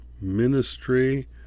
ministry